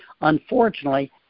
Unfortunately